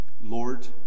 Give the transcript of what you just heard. Lord